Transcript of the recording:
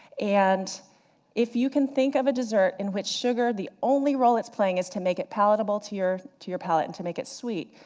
and if you can think of a desert in which sugar, the only role it's playing, is to make it palatable to your to your palate, and to make it sweet.